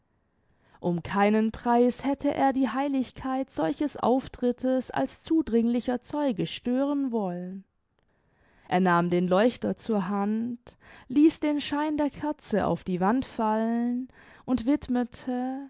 um keinen preis hätte er die heiligkeit solches auftrittes als zudringlicher zeuge stören wollen er nahm den leuchter zur hand ließ den schein der kerze auf die wand fallen und widmete